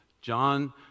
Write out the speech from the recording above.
John